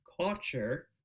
culture